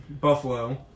Buffalo